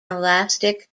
elastic